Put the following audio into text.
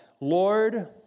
Lord